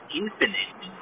infinite